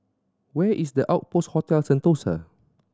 where is the Outpost Hotel Sentosa